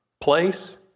place